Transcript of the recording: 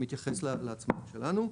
זה בגדול מתייחס לעצמאות שלנו.